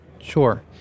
Sure